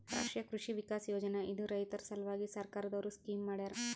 ರಾಷ್ಟ್ರೀಯ ಕೃಷಿ ವಿಕಾಸ್ ಯೋಜನಾ ಇದು ರೈತರ ಸಲ್ವಾಗಿ ಸರ್ಕಾರ್ ದವ್ರು ಸ್ಕೀಮ್ ಮಾಡ್ಯಾರ